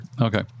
okay